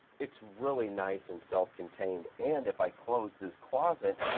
it's really nice and self-contained and if i close this closet,